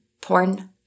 porn